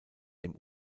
dem